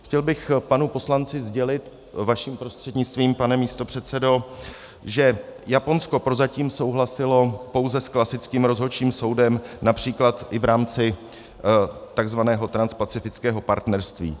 Chtěl bych panu poslanci sdělit vaším prostřednictvím, pane místopředsedo, že Japonsko prozatím souhlasilo pouze s klasickým rozhodčím soudem, například i v rámci tzv. transpacifického partnerství.